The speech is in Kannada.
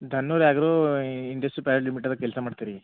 ಇಂಡಸ್ಟ್ರಿ ಪ್ರೈವೆಟ್ ಲಿಮಿಟೆಡ್ದಾಗ್ ಕೆಲಸ ಮಾಡ್ತಿರಿ